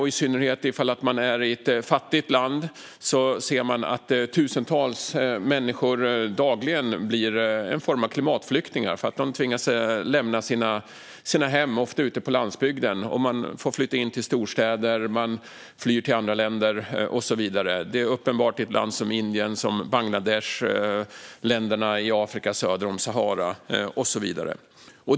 I synnerhet i fattiga länder syns det att tusentals människor dagligen blir en form av klimatflyktingar. De tvingas lämna sina hem, ofta ute på landsbygden, och flytta in till storstäder eller fly till andra länder. Det är uppenbart i länder som Indien, Bangladesh och länderna i Afrika söder om Sahara.